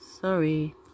Sorry